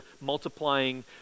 multiplying